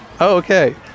Okay